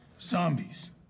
Zombies